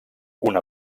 una